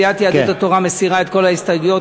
סיעת יהדות התורה מסירה את כל ההסתייגויות.